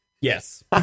yes